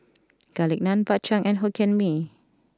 Garlic Naan Bak Chang and Hokkien Mee